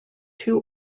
too